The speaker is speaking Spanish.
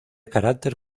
carácter